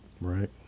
Right